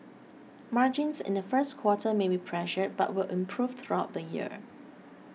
margins in the first quarter may be pressured but will improve throughout the year